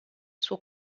suo